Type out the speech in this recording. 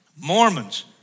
Mormons